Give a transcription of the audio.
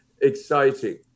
exciting